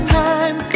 time